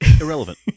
irrelevant